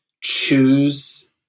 choose